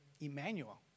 Emmanuel